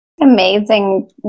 Amazing